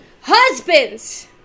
Husbands